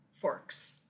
forks